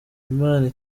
imana